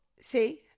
see